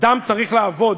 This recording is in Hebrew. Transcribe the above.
אדם צריך לעבוד,